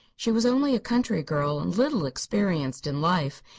she was only a country girl, and little experienced in life,